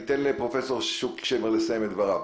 רגע, אני אתן לפרופ' שוקי שמר לסיים את דבריו.